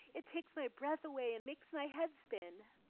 it takes my breath away and makes my head spin.